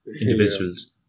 individuals